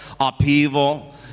upheaval